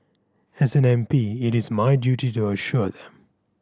as an M P it is my duty to assure them